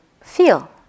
feel